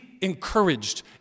encouraged